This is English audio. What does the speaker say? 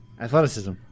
Athleticism